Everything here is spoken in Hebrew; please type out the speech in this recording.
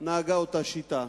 נהגה אותה שיטה.